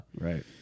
Right